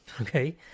Okay